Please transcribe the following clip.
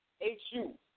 H-U